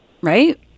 Right